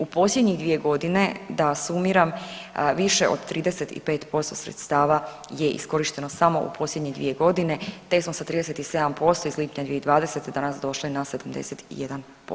U posljednjih 2.g. da sumiram, više od 35% sredstava je iskorišteno samo u posljednjih 2.g., te smo sa 37% iz lipnja 2020. danas došli na 71%